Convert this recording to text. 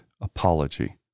apology